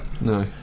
No